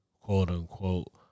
quote-unquote